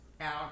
out